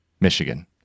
Michigan